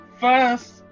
First